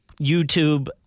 YouTube